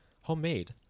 Homemade